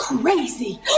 crazy